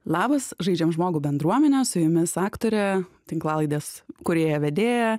labas žaidžiam žmogų bendruomene su jumis aktorė tinklalaidės kūrėja vedėja